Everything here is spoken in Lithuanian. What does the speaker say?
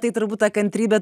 tai turbūt ta kantrybė